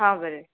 हां बरें